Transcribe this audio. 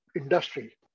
industry